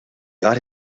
got